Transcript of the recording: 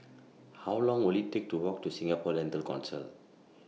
How Long Will IT Take to Walk to Singapore Dental Council